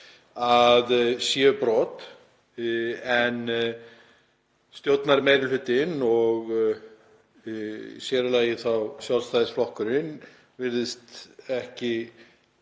að séu brot en stjórnarmeirihlutinn, og sér í lagi þá Sjálfstæðisflokkurinn, virðist ekki